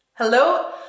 Hello